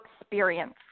experience